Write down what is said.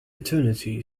eternity